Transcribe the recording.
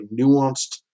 nuanced